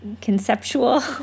conceptual